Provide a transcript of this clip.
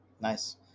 Nice